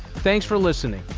thanks for listening.